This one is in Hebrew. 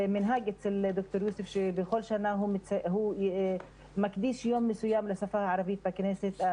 זה מנהג אצל ד"ר יוסף שבכל שנה הוא מקדיש יום מסוים לשפה הערבית בכנסת.